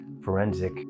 forensic